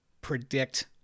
predict